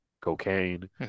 cocaine